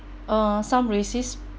uh some racist